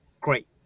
great